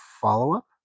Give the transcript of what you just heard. follow-up